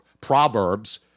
proverbs